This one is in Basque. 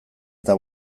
eta